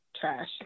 trash